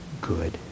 good